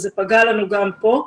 זה פגע לנו גם פה.